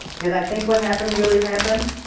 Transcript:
did i think what happened really happen?